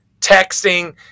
texting